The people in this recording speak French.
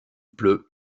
pleut